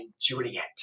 Juliet